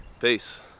Peace